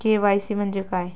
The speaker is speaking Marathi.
के.वाय.सी म्हणजे काय?